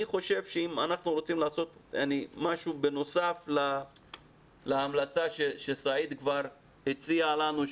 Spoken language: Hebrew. אני חושב שאם אנחנו רוצים לעשות משהו בנוסף להמלצה שסעיד כבר הציע לנו,